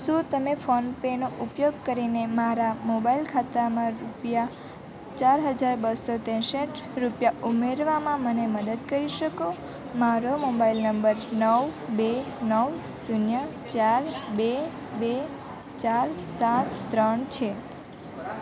શું તમે ફોન પેનો ઉપયોગ કરીને મારા મોબાઈલ ખાતામાં રૂપિયા ચાર હજાર બસો તેસઠ રૂપિયા ઉમેરવામાં મને મદદ કરી શકો મારો મોબાઈલ નંબર નવ બે નવ શૂન્ય ચાર બે બે ચાર સાત ત્રણ છે